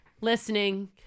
listening